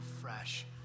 fresh